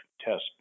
test